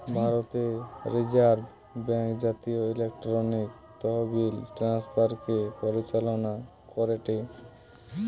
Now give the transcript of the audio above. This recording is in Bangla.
ভারতের রিজার্ভ ব্যাঙ্ক জাতীয় ইলেকট্রনিক তহবিল ট্রান্সফার কে পরিচালনা করেটে